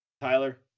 Tyler